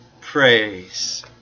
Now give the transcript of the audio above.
praise